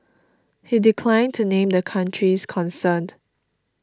he declined to name the countries concerned